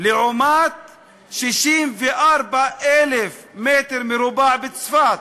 לעומת 64,000 מ"ר בצפת.